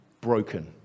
broken